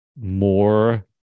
more